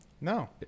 no